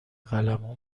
قلمها